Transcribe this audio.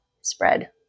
spread